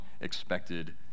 expected